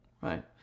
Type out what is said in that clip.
right